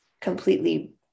completely